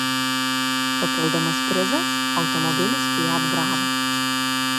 papildomas prizas automobilis fiat brava